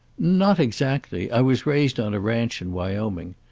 not exactly. i was raised on a ranch in wyoming.